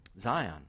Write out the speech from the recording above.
Zion